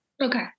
Okay